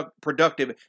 productive